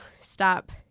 stop